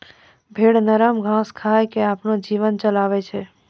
भेड़ नरम घास खाय क आपनो जीवन चलाबै छै